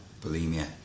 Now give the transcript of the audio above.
bulimia